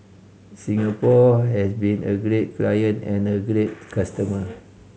Singapore has been a great client and a great customer